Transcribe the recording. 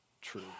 true